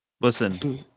Listen